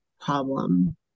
problem